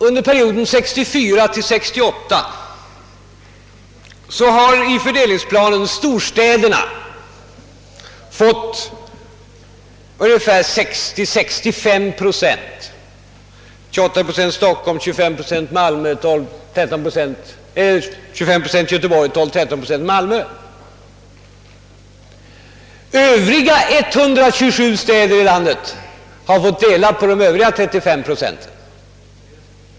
Under perioden 1964—1968 har i fördelningsplanen storstäderna fått 60—65 procent — Stockholm 28 procent, Göteborg 25 procent och Malmö 12—13 procent. Övriga 127 städer m.fl. i landet har fått dela på de övriga 35 procenten.